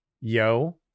yo